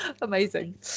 amazing